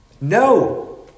No